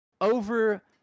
over